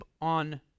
on